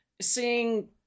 seeing